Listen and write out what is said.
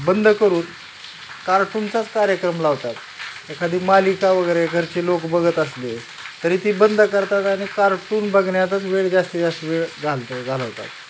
बंद करून कार्टूनचाच कार्यक्रम लावतात एखादी मालिका वगैरे घरचे लोक बघत असले तरी ती बंद करतात आणि कार्टून बघण्यातच वेळ जास्तीत जास्त वेळ घालतो घालवतात